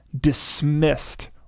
dismissed